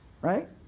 right